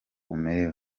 umerewe